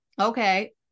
okay